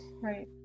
Right